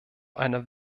einer